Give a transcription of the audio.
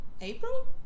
April